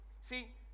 See